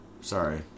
Sorry